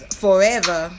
forever